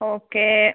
okay